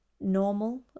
normal